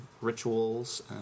rituals